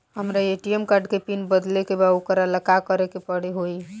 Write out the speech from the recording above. हमरा ATM card के pin बदले के बा वोकरा ला का करे के होई?